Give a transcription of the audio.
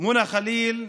מונה חליל,